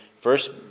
first